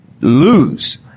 lose